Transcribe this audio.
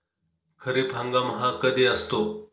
खरीप हंगाम हा कधी असतो?